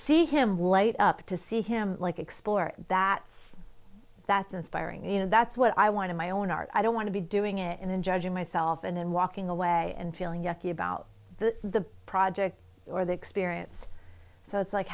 see him light up to see him like explore that that's inspiring you know that's what i want to my own art i don't want to be doing it in and judging myself and walking away and feeling yucky about the project or the experience so it's like